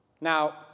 Now